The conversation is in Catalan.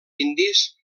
indis